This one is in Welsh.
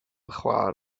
chwaer